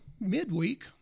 midweek